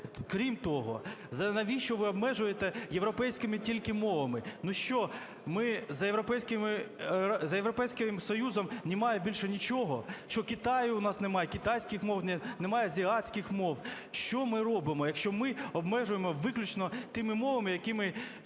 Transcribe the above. Крім того, навіщо ви обмежуєте європейськими тільки мовами? Ну, що ми… За Європейським Союзом немає більше нічого? Що, Китаю у нас немає, китайських мов, немає азіатських мов? Що ми робимо? Якщо ми обмежуємо виключно тими мовами, якими